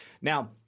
Now